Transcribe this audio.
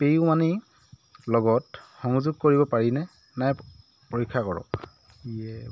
pay U মানিৰ লগত সংযোগ কৰিব পাৰিনে নাই পৰীক্ষা কৰক